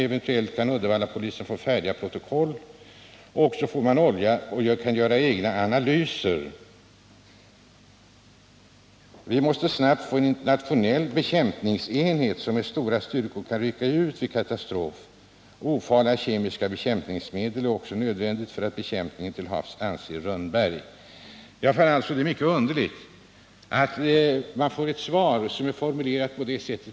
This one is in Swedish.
Eventuellt kan Uddevallapolisen få färdiga protokoll eller också får man olja för egna analyser.” ——- ”Vi måste snabbt få en internationell bekämpningsenhet som med stora styrkor kan rycka ut vid en katastrof. Ofarliga kemiska bekämpningsmedel är också nödvändigt för bekämpningen till havs, anser Rönnberg.” Jag finner det alltså mycket märkligt att jag har fått ett svar av kommunministern som är formulerat på detta sätt.